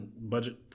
budget